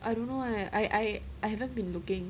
I don't know leh I I I havent been looking